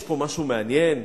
יש פה משהו מעניין,